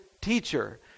teacher